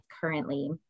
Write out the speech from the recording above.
currently